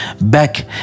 back